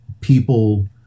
people